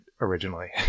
originally